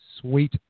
Sweet